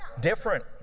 different